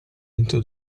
into